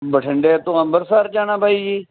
ਬਠਿੰਡੇ ਤੋਂ ਅੰਮ੍ਰਿਤਸਰ ਜਾਣਾ ਬਾਈ ਜੀ